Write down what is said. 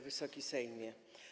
Wysoki Sejmie!